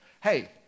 Hey